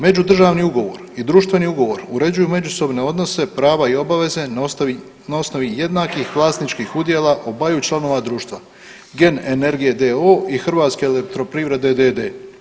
Međudržavni ugovor i društveni ugovor uređuju međusobne odnose, prava i obaveze na osnovi jednakih vlasničkih udjela obaju članova društva GEN energije d.o.o. i Hrvatske elektroprivrede d.d.